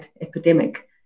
epidemic